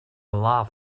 love